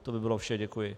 To by bylo vše, děkuji.